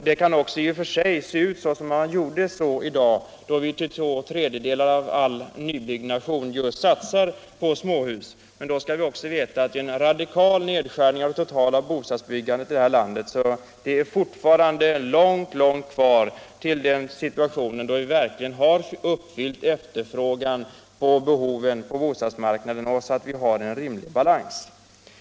Det kan också i och för sig se ut så i dag då två tredjedelar av all nybyggnad satsas på småhus. Men då skall vi också veta att det sker en radikal nedskärning av det totala bostadsbyggandet i det här landet. Det är fortfarande långt långt kvar till den situation då vi verkligen har uppfyllt efterfrågan och behoven på bostadsmarknaden och till dess vi har en rimlig balans.